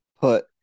put